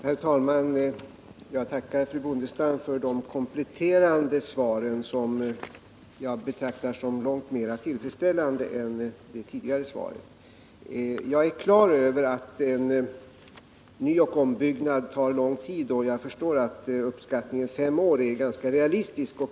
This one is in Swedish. Herr talman! Jag tackar fru Bondestam för de kompletterande svaren, som jag betraktar som långt mera tillfredsställande än det tidigare svaret. Jag är på det klara med att en nyoch ombyggnad av flygstationen tar lång tid, och jag förstår att uppskattningen fem år är ganska realistisk.